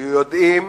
היו יודעים,